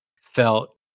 felt